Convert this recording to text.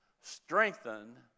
strengthen